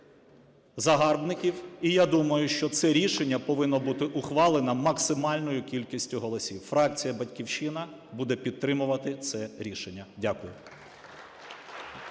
загарбників. І я думаю, що це рішення повинно бути ухвалено максимальною кількістю голосів. Фракція "Батьківщина" буде підтримувати це рішення. Дякую.